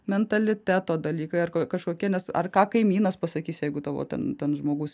mentaliteto dalykai ar ka kažkokie ar ką kaimynas pasakys jeigu tavo ten ten žmogus